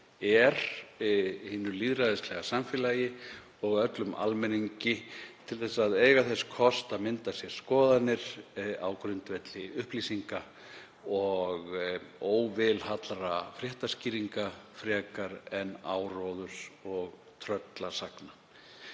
er í hinu lýðræðislega samfélagi og hve mikilvægt það er öllum almenningi til að eiga þess kost að mynda sér skoðanir á grundvelli upplýsinga og óvilhallra fréttaskýringa frekar en áróðurs og tröllasagna.